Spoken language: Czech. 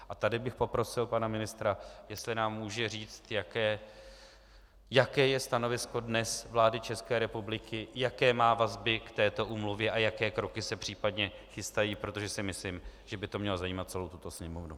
A tady bych poprosil pana ministra, jestli nám může říct, jaké je stanovisko vlády České republiky dnes, jaké má vazby k této úmluvě a jaké kroky se případně chystají, protože si myslím, že by to mělo zajímat celou Sněmovnu.